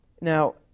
Now